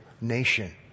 nation